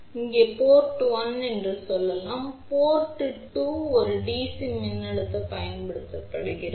எனவே இங்கே இது போர்ட் 1 என்று சொல்லலாம் இது போர்ட் 2 இது டிசி மின்னழுத்தம் பயன்படுத்தப்படுகிறது